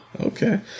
Okay